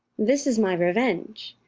this is my re venge!